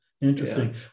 Interesting